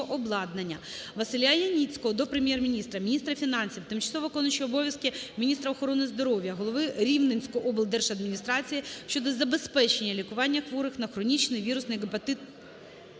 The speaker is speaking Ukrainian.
Василя Яніцького до Прем'єр-міністра, міністра фінансів, тимчасово виконуючої обов'язки міністра охорони здоров'я, голови Рівненської облдержадміністрації щодо забезпечення лікування хворих на хронічний вірусний гепатит